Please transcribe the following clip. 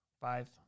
Five